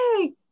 yay